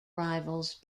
rivals